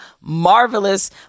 marvelous